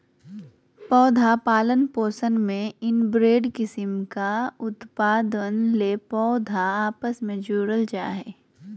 पौधा पालन पोषण में इनब्रेड किस्म का उत्पादन ले पौधा आपस मे जोड़ल जा हइ